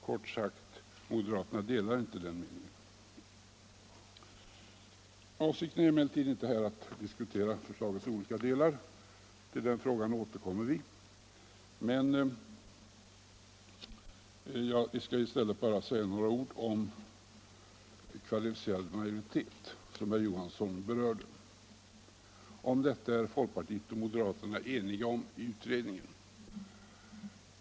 Kort sagt: Moderaterna delar inte den meningen. Avsikten är emellertid inte att här diskutera förslagets olika delar — till den frågan återkommer vi. Jag skall i stället bara säga några ord om kvalificerad majoritet, som herr Johansson i Trollhättan berörde. Om detta är folkpartiet och moderaterna eniga i utredningen.